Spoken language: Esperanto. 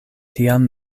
tiam